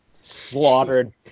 slaughtered